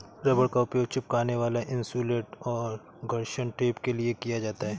rubber का उपयोग चिपकने वाला इन्सुलेट और घर्षण टेप के लिए किया जाता है